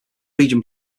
region